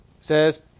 Says